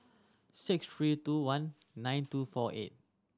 six three two one nine two four eight